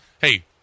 hey